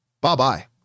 bye-bye